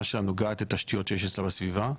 שלה נוגעת לתשתיות שיש אצלה בסביבה.